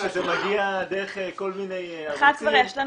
זה מגיע דרך כל מיני ערוצים --- אחת כבר יש לנו,